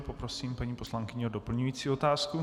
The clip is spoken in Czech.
Poprosím paní poslankyni o doplňující otázku.